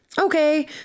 okay